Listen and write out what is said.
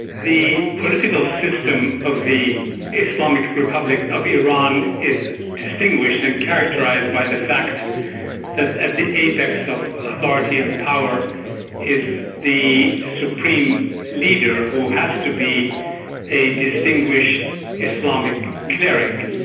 the political system of the islamic republic of iran is distinguished and characterised by the fact that at the apex of authority and power is the supreme leader who has to be a distinguished islamic cleric.